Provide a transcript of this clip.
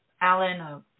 Alan